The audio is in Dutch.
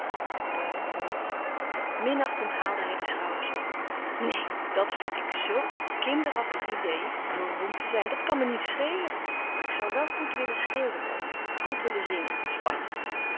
beroemd minachtend haalde hij de schouders op neen dàt vind ik zoo een kinderachtig idée beroemd te zijn dat kan me niets schelen maar ik zou wel goed willen schilderen of goed willen zingen